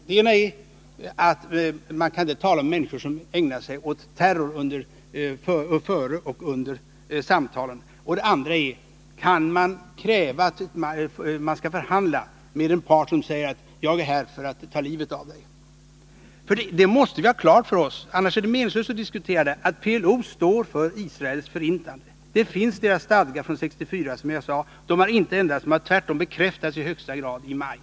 Det ena är att man inte kan tala med människor som ägnar sig åt terror före och under samtalen. Det andra är att man inte kan kräva att det skall förhandlas med en part som säger: Jag är här för att ta livet av dig. Men vi måste ha klart för oss — annars är det meningslöst att diskutera — att PLO står för Israels förintande. PLO:s stadgar från 1964 finns, som jag sade. De har inte ändrats — de har tvärtom bekräftats i högsta grad i maj.